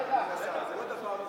זה לא דבר נוסף,